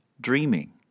dreaming